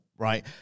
Right